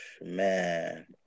Man